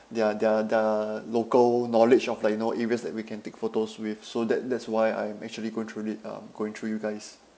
their their their local knowledge of like you know areas that we can take photos with so that that's why I'm actually going through it uh going through you guys